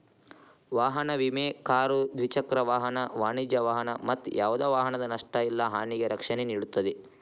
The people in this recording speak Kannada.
ವಾಹನ ವಿಮೆ ಕಾರು ದ್ವಿಚಕ್ರ ವಾಹನ ವಾಣಿಜ್ಯ ವಾಹನ ಮತ್ತ ಯಾವ್ದ ವಾಹನದ ನಷ್ಟ ಇಲ್ಲಾ ಹಾನಿಗೆ ರಕ್ಷಣೆ ನೇಡುತ್ತದೆ